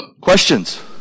Questions